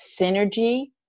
synergy